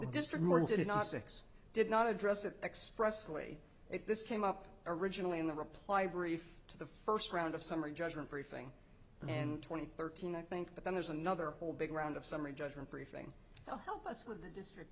gnostics did not address it expressly it this came up originally in the reply brief to the first round of summary judgment briefing and twenty thirteen i think but then there's another whole big round of summary judgment briefing so help us with the district